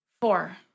four